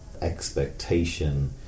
expectation